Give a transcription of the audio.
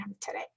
today